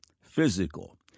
physical